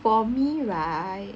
for me right